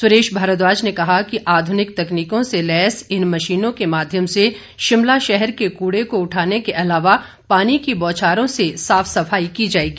सुरेश भारद्वाज ने कहा कि आध्निक तकनीकों से लैस इन मशीनों के माध्यम से शिमला शहर के कूड़े को उठाने के अलावा पानी की बोछारों से साफ सफाई की जाएगी